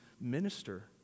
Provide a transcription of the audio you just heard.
minister